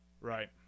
Right